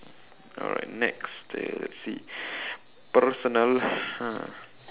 alright next uh see personal hmm